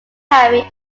harry